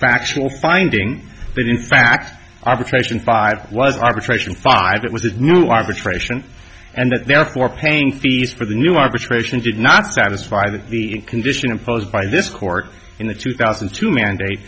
factual finding that in fact arbitration five was arbitration five it was a new arbitration and therefore paying fees for the new arbitration did not satisfy the condition imposed by this court in the two thousand and two mandate